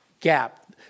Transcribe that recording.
gap